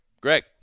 Greg